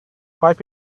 five